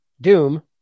doom